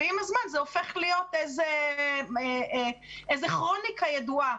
ועם הזמן זה הופך להיות כרוניקה ידועה.